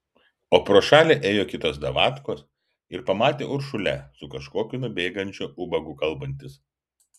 o pro šalį ėjo kitos davatkos ir pamatė uršulę su kažkokiu nubėgančiu ubagu kalbantis